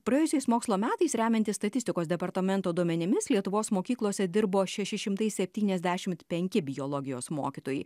praėjusiais mokslo metais remiantis statistikos departamento duomenimis lietuvos mokyklose dirbo šeši šimtai septyniasdešimt penki biologijos mokytojai